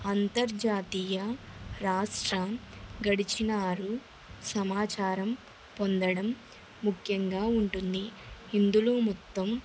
అంతర్జాతీయ రాష్ట్రం గడిచినారు సమాచారం పొందడం ముఖ్యంగా ఉంటుంది ఇందులో మొత్తం